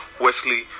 Wesley